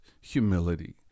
humility